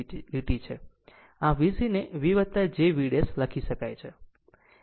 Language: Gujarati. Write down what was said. આમ આ VC ને V jV ' લખી શકાય છે